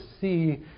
see